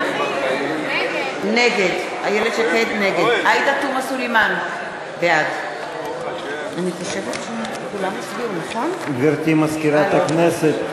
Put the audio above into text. נגד עאידה תומא סלימאן, בעד גברתי מזכירת הכנסת,